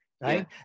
right